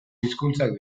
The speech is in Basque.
hizkuntzak